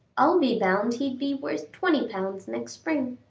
i'll be bound he'd be worth twenty pounds next spring.